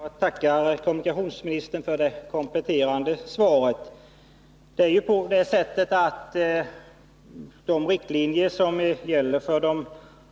Herr talman! Jag tackar kommunikationsministern för det kompletterande svaret. De riktlinjer som gäller för de